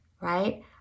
Right